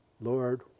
Lord